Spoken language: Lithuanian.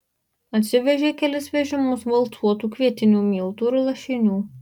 atsivežė kelis vežimus valcuotų kvietinių miltų ir lašinių